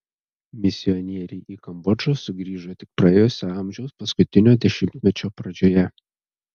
misionieriai į kambodžą sugrįžo tik praėjusio amžiaus paskutinio dešimtmečio pradžioje